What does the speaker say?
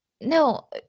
No